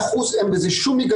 התיישרתם עם מה שהתיישרתם,